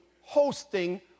hosting